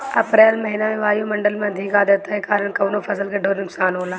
अप्रैल महिना में वायु मंडल में अधिक आद्रता के कारण कवने फसल क ढेर नुकसान होला?